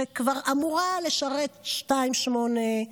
שכבר אמורה לשרת שנתיים ושמונה,